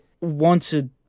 wanted